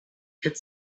hit